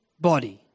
body